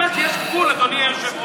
באמת, יש גבול, אדוני היושב-ראש.